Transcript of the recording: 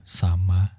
sama